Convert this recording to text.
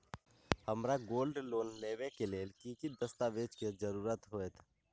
हमरा gold loan लेबे के लेल कि कि दस्ताबेज के जरूरत होयेत?